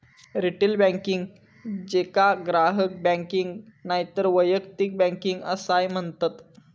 retail banking, जेका ग्राहक banking नायतर वैयक्तिक बँकिंग असाय म्हणतत